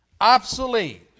obsolete